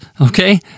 okay